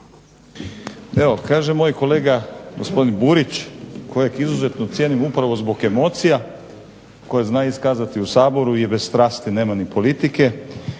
Evo kaže moj kolega gospodin Burić kojeg izuzetno cijenim upravo zbog emocija koje zna iskazati u Saboru i bez strasti nema ni politike,